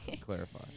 clarify